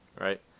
right